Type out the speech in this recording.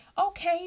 Okay